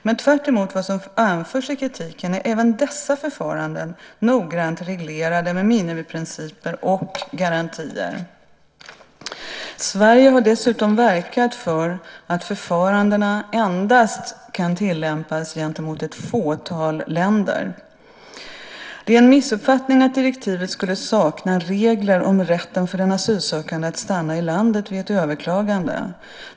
Men tvärtemot vad som anförs i kritiken är även dessa förfaranden noggrant reglerade med minimiprinciper och garantier. Sverige har dessutom verkat för att förfarandena endast kan tillämpas gentemot ett fåtal länder. Det är en missuppfattning att direktivet skulle sakna regler om rätten för den asylsökande att stanna i landet vid ett överklagande.